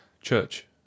CHURCH